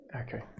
Okay